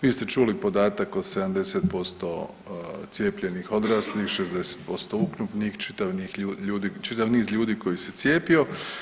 Vi ste čuli podatak od 70% cijepljenih odraslih, 60% ukupnih, čitav niz ljudi koji se cijepio.